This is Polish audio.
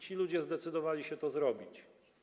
Ci ludzie zdecydowali się to zrobić.